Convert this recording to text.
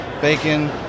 bacon